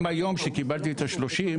גם היום, כשקיבלתי את ה-30,